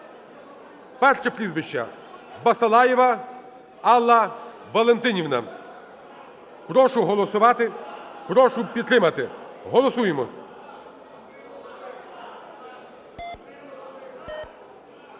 Перше прізвище: Басалаєва Алла Валентинівна. Прошу голосувати, прошу підтримати. Голосуємо.